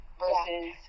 versus